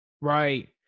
Right